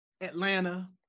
Atlanta